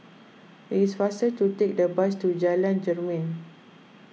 it is faster to take the bus to Jalan Jermin